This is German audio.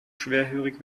schwerhörig